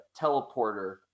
teleporter